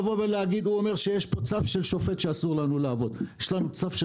הוא אומר שיש פה צו של שופט שאומר שאסור לנו לעבוד; יש לנו צו של